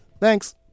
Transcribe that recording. Thanks